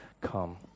come